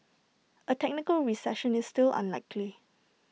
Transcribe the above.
A technical recession is still unlikely